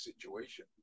Situation